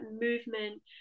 movement